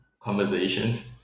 conversations